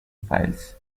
files